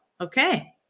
Okay